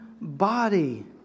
body